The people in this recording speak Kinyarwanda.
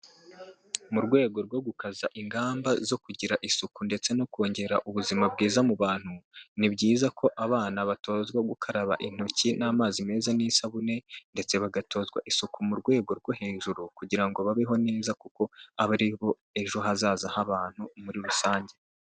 Mu rwego rwo gukaza ingamba zo kugira isuku ndetse no kongera ubuzima bwiza mu bantu, ni byiza ko abana batozwa gukaraba intoki n'amazi meza n'isabune ndetse bagatozwa isuku mu rwego rwo hejuru kugira ngo babeho neza kuko aba ari bo ejo haza heza h'abantu muri rusange.